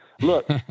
look